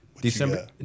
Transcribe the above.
December